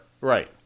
right